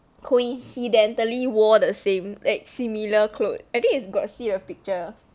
coincidentally wore the same like similar clothes I think it's got see a picture